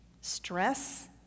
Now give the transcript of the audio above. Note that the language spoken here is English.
Stress